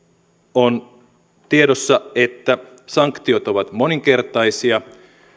on tiedossa että sanktiot ovat moninkertaisia